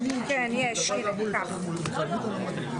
ינמק.